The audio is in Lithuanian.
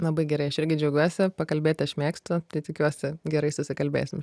labai gerai aš irgi džiaugiuosi pakalbėti aš mėgstu tai tikiuosi gerai susikalbėsim